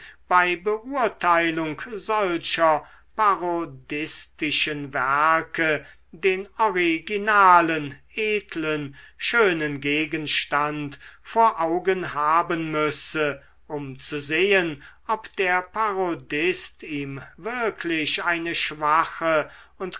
bei beurteilung solcher parodistischen werke den originalen edlen schönen gegenstand vor augen haben müsse um zu sehen ob der parodist ihm wirklich eine schwache und